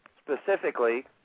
specifically